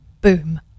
boom